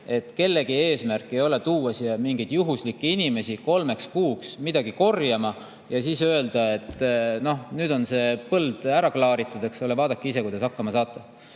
et kellegi eesmärk ei ole tuua siia mingeid juhuslikke inimesi kolmeks kuuks midagi korjama ja siis öelda, et nüüd on see põld ära klaaritud, vaadake ise, kuidas hakkama saate.